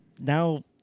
now